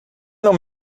não